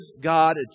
God